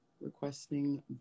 requesting